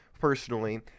personally